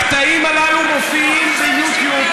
הקטעים הללו מופיעים ביוטיוב,